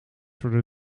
voor